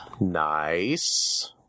Nice